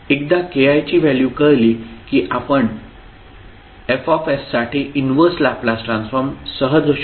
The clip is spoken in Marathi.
एकदा ki ची व्हॅल्यू कळली की आपण F साठी इनव्हर्स लॅपलास ट्रान्सफॉर्म सहज शोधू शकतो